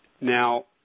Now